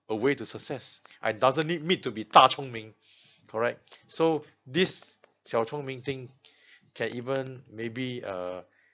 a way to success I doesn't need me to be correct so this thing can even maybe uh